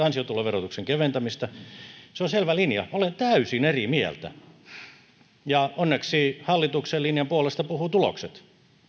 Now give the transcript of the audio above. ansiotuloverotuksen keventämistä se on selvä linja olen täysin eri mieltä ja onneksi hallituksen linjan puolesta puhuvat tulokset